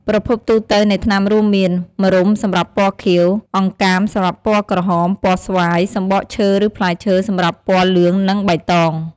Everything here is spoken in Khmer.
ប្រភពទូទៅនៃថ្នាំរួមមាន ម្រុំសម្រាប់ពណ៌ខៀវ អង្កាមសម្រាប់ពណ៌ក្រហម ពណ៌ស្វាយ សំបកឈើឬផ្លែឈើសម្រាប់ពណ៌លឿងនិងបៃតង។